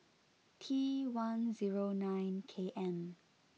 T one zero nine K M